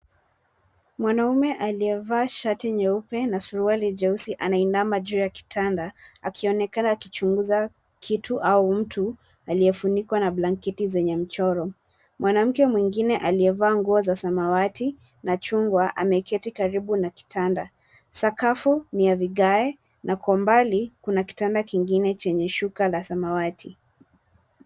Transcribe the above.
Mwanaume aliyevaa shati nyeupe na suruali jeusi anainama juu ya kitanda, akionekana akichunguza kitu au mtu, aliyefunikwa na blanketi zenye mchoro. Mwanamke mwingine, aliyevaa nguo za samawati, na chungwa, ameketi, karibu na kitanda. Sakafu, ni ya vigae, na kwa umbali, kuna kitanda kingine chenye shuka la samawati.